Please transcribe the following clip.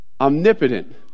omnipotent